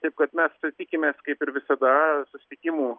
taip kad mes tikimės kaip ir visada susitikimų